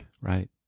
Right